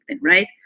Right